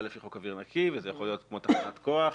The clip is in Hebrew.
לפי חוק אוויר נקי וזה יכול להיות כמו תחנת כוח.